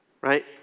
right